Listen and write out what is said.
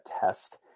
test